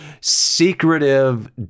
secretive